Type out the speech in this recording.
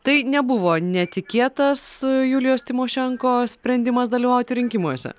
tai nebuvo netikėtas julijos tymošenko sprendimas dalyvauti rinkimuose